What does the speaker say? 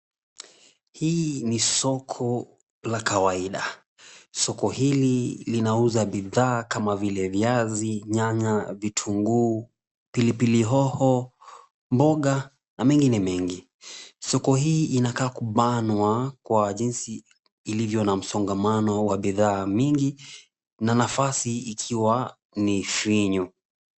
Hili ni soko la kawaida. Soko hili linauzaa bidhaa kama vile viazi, nyanya vitunguu, pilipili hoho, mboga na mengine mengi. Soko hii inakaa kubanwa kwa jinsi ilivyo na msongamano wa bidhaa mingi na nafasi ikiwa ni finyo.